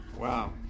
Wow